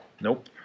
Nope